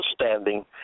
understanding